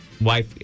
Wife